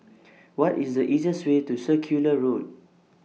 What IS The easiest Way to Circular Road